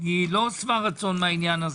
אני לא שבע רצון מכך.